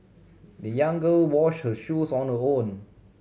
the young girl wash her shoes on her own